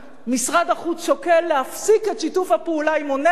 משרד החוץ שוקל להפסיק את שיתוף הפעולה עם אונסק"ו.